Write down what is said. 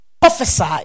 prophesy